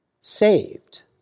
saved